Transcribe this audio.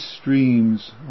streams